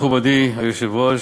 מכובדי היושב-ראש,